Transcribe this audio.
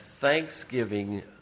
Thanksgiving